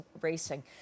racing